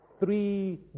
three